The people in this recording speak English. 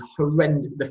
horrendous